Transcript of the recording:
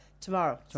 tomorrow